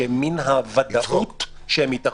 שמן הוודאות שהם יתערבבו.